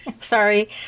Sorry